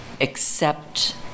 accept